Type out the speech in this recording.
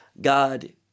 god